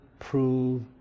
Prove